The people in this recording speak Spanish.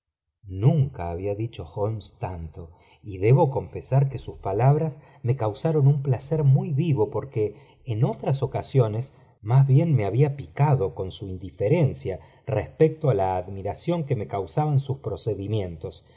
nunca había dicho holmes tanto y debo confesar que sus palabras me causaron un placer muy vivo porque en otras ocasiones más bien me había picado con su indiferencia respecto á la admiración que mo causaban sus procedimientos